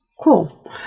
Cool